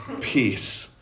peace